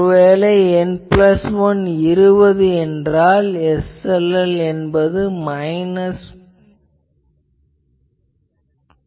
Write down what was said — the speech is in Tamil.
ஒருவேளை N கூட்டல் 1 என்பது 20 எனில் SLL என்பது மைனஸ் 13dB